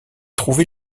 trouvé